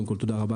קודם כל תודה רבה